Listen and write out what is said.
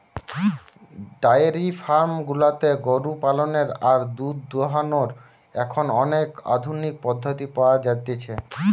diary farm গুলাতে গরু পালনের আর দুধ দোহানোর এখন অনেক আধুনিক পদ্ধতি পাওয়া যতিছে